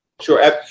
Sure